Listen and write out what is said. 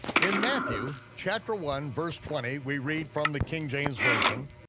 in matthew, chapter one verse twenty, we read from the king james version,